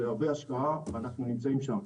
זה הרבה השקה, ואנחנו נמצאים שם.